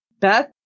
beth